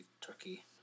Turkey